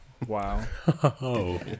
Wow